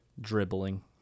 Dribbling